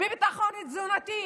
ביטחון תזונתי,